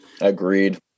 agreed